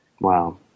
Wow